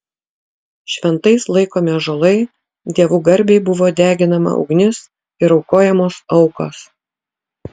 šventais laikomi ąžuolai dievų garbei buvo deginama ugnis ir aukojamos aukos